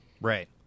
Right